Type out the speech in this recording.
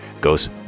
goes